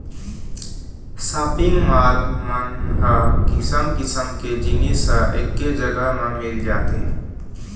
shopping mall मन ह किसम किसम के जिनिस ह एके जघा म मिल जाथे